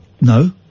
No